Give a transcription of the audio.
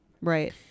right